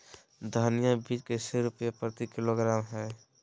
धनिया बीज कैसे रुपए प्रति किलोग्राम है?